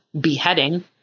beheading